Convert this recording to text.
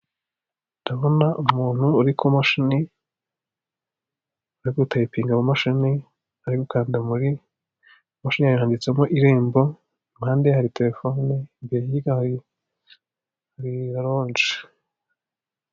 Ndabona umuntu uri ku mashini uri gutayipinga mu mashini ari gukanda muri imashini handitsemo irembo iruhande hari terefone imbere hirya hari ralonje.